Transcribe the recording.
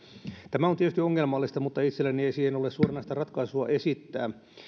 tämä on tietysti ongelmallista mutta itselläni ei siihen ole suoranaista ratkaisua esittää